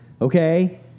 okay